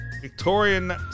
Victorian